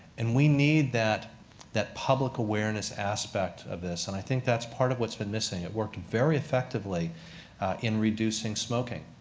and we need that that public awareness aspect of this. and i think that's part of what's been missing. it worked very effectively in reducing smoking,